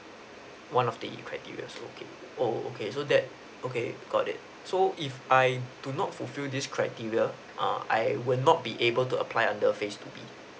one of the criteria okay oh okay so that okay got it so if I do not fulfil this criteria err I would not be able to apply under phase two B